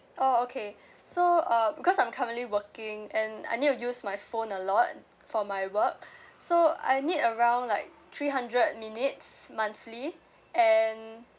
oh okay so uh because I'm currently working and I need to use my phone a lot for my work so I need around like three hundred minutes monthly and